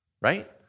right